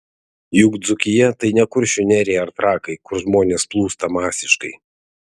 juk dzūkija tai ne kuršių nerija ar trakai kur žmonės plūsta masiškai